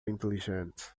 inteligente